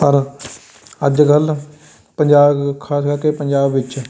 ਪਰ ਅੱਜ ਕੱਲ੍ਹ ਪੰਜਾਬ ਖਾਸ ਕਰਕੇ ਪੰਜਾਬ ਵਿੱਚ